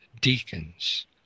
deacons